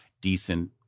decent